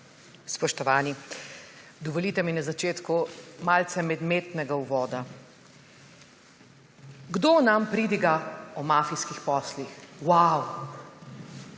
Spoštovani! Dovolite mi na začetku malce medmetnega uvoda. Kdo nam pridiga o mafijskih poslih? Vav.